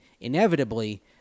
inevitably